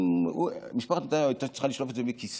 אם משפחת נתניהו הייתה צריכה לשלוף את זה מכיסה,